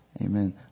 amen